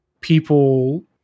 people